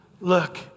look